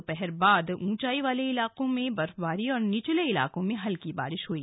दोपहर बाद ऊंचाई वाले इलाकों में बर्फबारी और निचले इलाकों में हल्की बारिश हुई